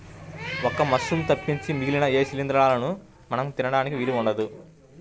ఒక్క మశ్రూమ్స్ తప్పించి మిగిలిన ఏ శిలీంద్రాలనూ మనం తినడానికి వీలు ఉండదు